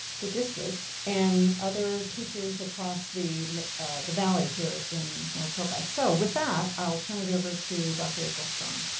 the districts, and other teachers across the the valley here in maricopa. so with that, i'll turn it over to dr. april strong.